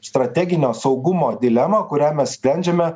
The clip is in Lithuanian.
strateginio saugumo dilemą kurią mes sprendžiame